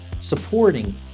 supporting